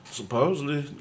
supposedly